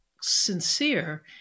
sincere